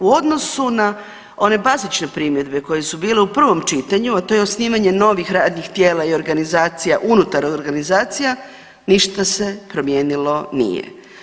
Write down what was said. U odnosu na one bazične primjedbe koje su bile u prvom čitanju, a to je osnivanje novih radnih tijela i organizacija unutar organizacija ništa se promijenilo nije.